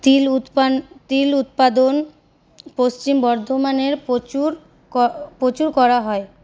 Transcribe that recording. তিল উৎপান তিল উৎপাদন পশ্চিম বর্ধমানের প্রচুর প্রচুর করা হয়